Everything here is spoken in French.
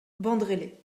bandrélé